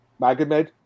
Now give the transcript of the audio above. Magomed